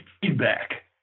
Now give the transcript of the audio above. feedback